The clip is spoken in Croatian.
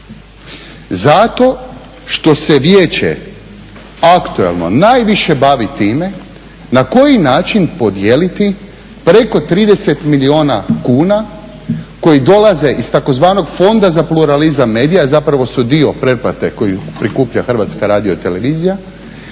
Zato što se Vijeće aktualno najviše bavi time na koji način podijeliti preko 30 milijuna kuna koji dolaze iz tzv. fonda za pluralizam medija i zapravo su dio pretplate koji prikuplja Hrvatska radiotelevizija.